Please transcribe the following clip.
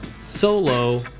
solo